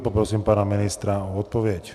Poprosím pana ministra o odpověď.